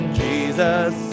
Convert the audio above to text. jesus